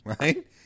right